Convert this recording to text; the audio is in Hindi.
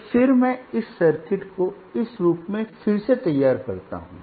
तो फिर मैं इस सर्किट को इस रूप में फिर से तैयार करता हूं